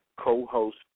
co-host